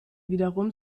wiederum